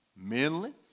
Mentally